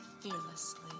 fearlessly